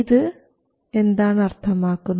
ഇത് എന്താണ് അർത്ഥമാക്കുന്നത്